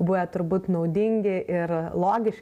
buvę turbūt naudingi ir logiški